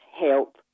help